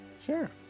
Sure